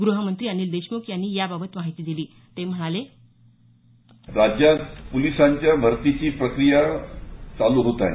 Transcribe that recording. ग्रहमंत्री अनिल देशमुख यांनी याबाबत माहिती दिली ते म्हणाले राज्यात पोलिसांच्या भरतीची प्रक्रीया चालू होत आहे